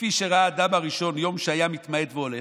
"לפי שראה אדם הראשון יום שהיה מתמעט והולך,